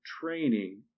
training